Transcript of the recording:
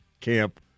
camp